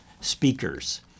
speakers